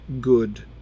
good